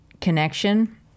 connection